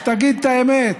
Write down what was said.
שתגיד את האמת.